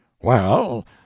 Well